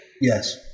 Yes